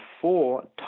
four